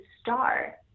star